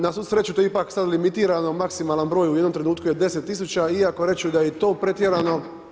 Na svu sreću, tu je ipak sad limitirano maksimalan broj u jednom trenutku je 10000, iako reći ću da je ii to pretjerano.